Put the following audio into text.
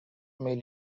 may